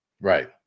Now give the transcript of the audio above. right